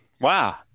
Wow